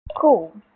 Cool